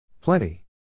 Plenty